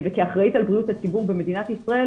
וכאחראית על בריאות הציבור במדינת ישראל,